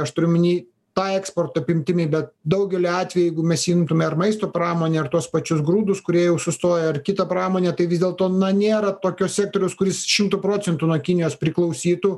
aš turiu omeny ta eksporto apimtimi bet daugeliu atveju jeigu mes imtume ar maisto pramonę ar tuos pačius grūdus kurie jau sustojo ar kito pramonę tai vis dėlto na nėra tokio sektoriaus kuris šimtu procentų nuo kinijos priklausytų